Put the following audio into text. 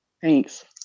Thanks